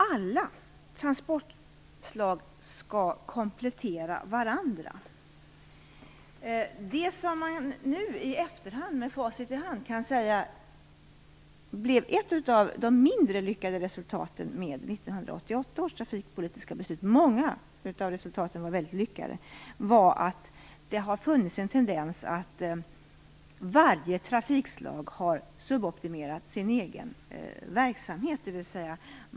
Alla transportslag skall komplettera varandra. Det man nu med facit i hand kan säga blev ett utav de mindre lyckade resultaten - många var mycket lyckade - av 1988 års trafikpolitiska beslut är att det har funnits en tendens till att varje trafikslag har suboptimerat sin egen verksamhet.